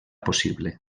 possible